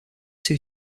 two